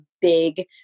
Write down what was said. big